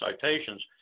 citations